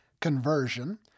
conversion